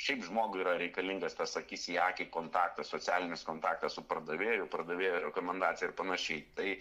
šiaip žmogui yra reikalingas tas akis į akį kontaktas socialinis kontaktas su pardavėju pardavėjo rekomendacija ir panašiai tai